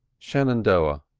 shenandoah.